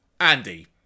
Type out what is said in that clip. Andy